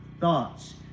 thoughts